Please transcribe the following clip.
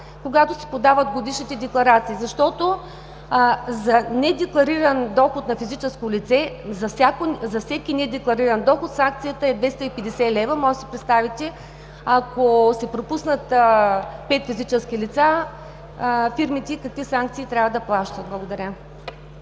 когато се подават годишните декларации, защото за всеки недеклариран доход на физическо лице санкцията е 250 лв. – може да си представите, ако си пропуснат пет физически лица, фирмите какви санкции трябва да плащат. Благодаря.